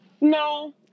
No